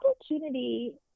opportunity